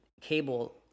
cable